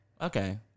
Okay